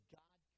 god